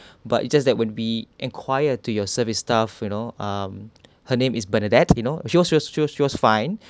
but it's just that when we enquired to your service staff you know um her name is bernadette you know she was she was she was fine